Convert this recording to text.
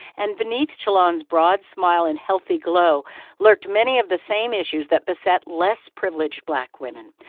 and beneath shalon's broad smile and healthy glow lurked many of the same issues that beset less-privileged black women.